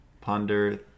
Ponder